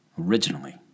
Originally